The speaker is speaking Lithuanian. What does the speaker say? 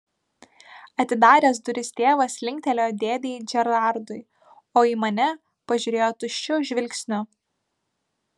atidaręs duris tėvas linktelėjo dėdei džerardui o į mane pažiūrėjo tuščiu žvilgsniu